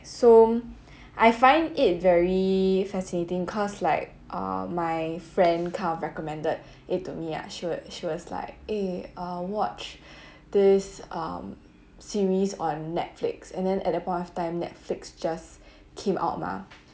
so I find it very fascinating cause like ah my friend kind of recommended it to me ah she was she was like eh ah watch this series um series on netflix and then at that point of time netflix just came out mah